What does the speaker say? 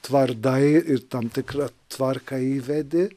tvardai ir tam tikrą tvarką įvedi